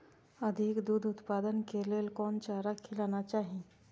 अधिक दूध उत्पादन के लेल कोन चारा खिलाना चाही?